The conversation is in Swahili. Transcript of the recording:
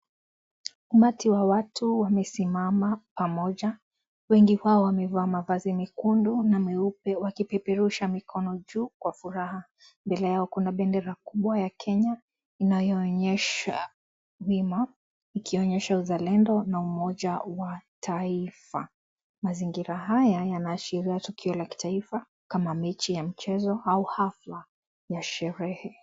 Umati wa watu wamesimama pamoja. Wengi wao wamevaa mavazi mekundu na meupe wakipeperusha mikono juu kwa furaha. Mbele Yao kuna bendera kubwa ya Kenya inayoonyesha wima ikionyesha uzalendo na umoja wa taifa. Mazingira haya yanaashiria tukio la kitaifa kama mechi ya mchezo au hafla ya sherehe.